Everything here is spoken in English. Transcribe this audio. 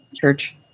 church